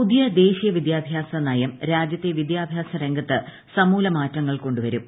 പുതിയ ദേശീയ വിദ്യാഭ്യാസ നയം രാജ്യത്തെ വിദ്യാഭ്യാസ രംഗത്ത് സമൂല മാറ്റങ്ങൾ കൊണ്ടുവരും